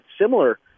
similar